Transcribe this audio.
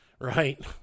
right